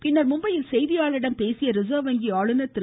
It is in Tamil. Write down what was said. பின்னர் மும்பையில் செய்தியாளர்களிடம் பேசிய ரிசர்வ் வங்கி ஆளுநர் திரு